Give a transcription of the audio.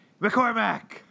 McCormack